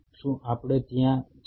શું આપણે ત્યાં છીએ